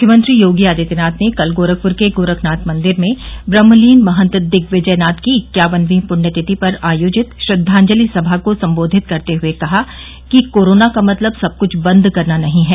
मुख्यमंत्री योगी आदित्यनाथ ने कल गोरखपुर के गोरखनाथ मंदिर में ब्रह्मलीन महंत दिग्विजयनाथ की इक्यावनवीं पृण्य तिथि पर आयोजित श्रद्दांजलि सभा को सम्बोधित करते हुए कहा कि कोरोना का मतलब सब कुछ बंद करना नहीं है